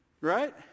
right